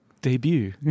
debut